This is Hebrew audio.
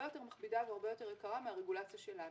יותר מכבידה והרבה יותר יקרה מהרגולציה שלנו.